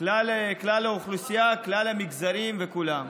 כלל האוכלוסייה, כלל המגזרים וכולם.